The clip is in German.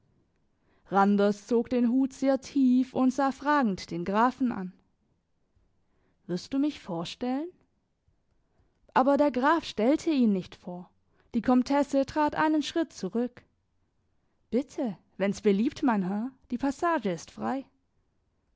randers zog den hut sehr tief und sah fragend den grafen an wirst du mich vorstellen aber der graf stellte ihn nicht vor die komtesse trat einen schritt zurück bitte wenn's beliebt mein herr die passage ist frei